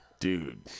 Dude